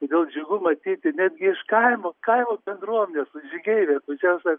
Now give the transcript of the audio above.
todėl džiugu matyti netgi iš kaimo kaimo bendruomenės vat žygeiviai atvažiavę sako